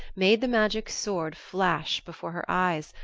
made the magic sword flash before her eyes,